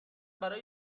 برای